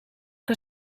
que